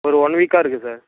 ஒரு ஒன் வீக்கா இருக்குது சார்